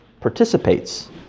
participates